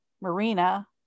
marina